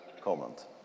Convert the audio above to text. comment